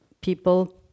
people